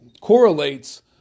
correlates